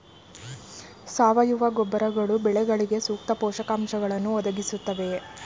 ಸಾವಯವ ಗೊಬ್ಬರಗಳು ಬೆಳೆಗಳಿಗೆ ಸೂಕ್ತ ಪೋಷಕಾಂಶಗಳನ್ನು ಒದಗಿಸುತ್ತವೆಯೇ?